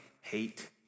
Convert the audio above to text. hate